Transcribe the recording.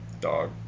dog